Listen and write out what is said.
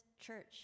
church